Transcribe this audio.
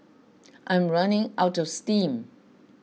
I'm running out of steam